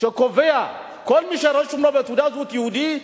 שקובע שכל מי שרשום לו בתעודת הזהות "יהודי"